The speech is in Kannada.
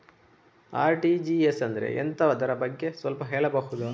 ಆರ್.ಟಿ.ಜಿ.ಎಸ್ ಅಂದ್ರೆ ಎಂತ ಅದರ ಬಗ್ಗೆ ಸ್ವಲ್ಪ ಹೇಳಬಹುದ?